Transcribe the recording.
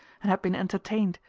and had been entertained,